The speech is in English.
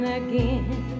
again